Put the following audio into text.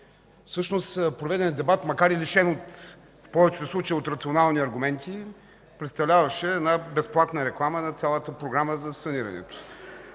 Всъщност проведеният дебат, макар и лишен в повечето случаи от рационални аргументи, представляваше една безплатна реклама на цялата програма за санирането,